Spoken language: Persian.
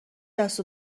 دست